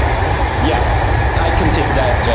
yeah i can take that, jeff.